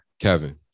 Kevin